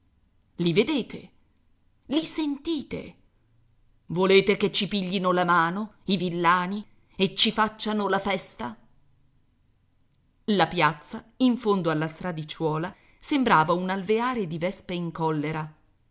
i vedete li sentite volete che ci piglino la mano i villani e ci facciano la festa la piazza in fondo alla stradicciuola sembrava un alveare di vespe in collera